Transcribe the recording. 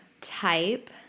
type